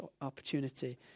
opportunity